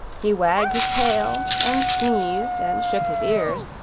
he wagged his tail, and sneezed, and shook his ears,